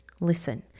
Listen